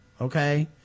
Okay